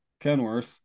Kenworth